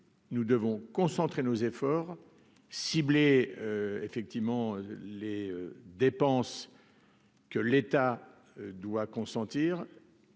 nous devons concentrer nos efforts ciblés effectivement les dépenses que l'État doit consentir.